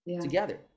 together